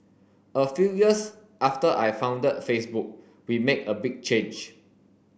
a few years after I founded Facebook we made a big change